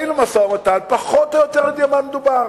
באים למשא-ומתן, פחות או יותר יודעים על מה מדובר.